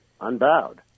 unbowed